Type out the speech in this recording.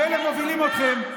אם אלה מובילים אתכם,